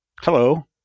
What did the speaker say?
Hello